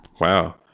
Wow